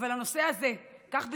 אבל הנושא הזה, כך בטוחתני,